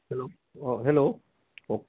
hello অঁ hello কওক